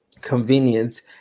convenience